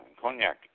Cognac